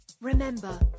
remember